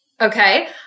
Okay